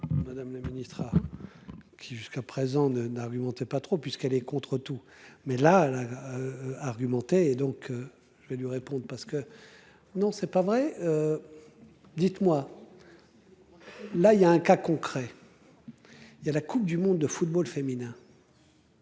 Madame la ministre a. Qui jusqu'à présent ne n'argumente pas trop puisqu'elle est contre tout mais là la. Argumenté et donc je vais lui réponde parce que. Non c'est pas vrai. Dites-moi. Là il y a un cas concret. Il y a la Coupe du monde de football féminin.